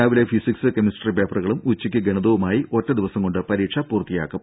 രാവിലെ physics chemistry പേപ്പറുകളും ഉച്ചയ്ക്ക് ഗണിതവുമായി ഒറ്റ ദിവസം കൊണ്ട് പരീക്ഷ പൂർത്തിയാക്കും